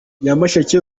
nyamasheke